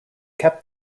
kept